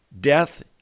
death